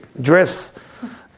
dress